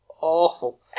awful